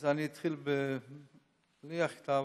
אני אתחיל בלי הכתב,